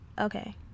Okay